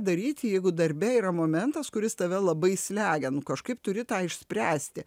daryti jeigu darbe yra momentas kuris tave labai slegia nu kažkaip turi tą išspręsti